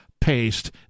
paste